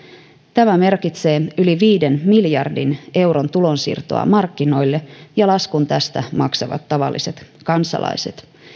tämä merkitsee yli viiden miljardin euron tulonsiirtoa markkinoille ja laskun tästä maksavat tavalliset kansalaiset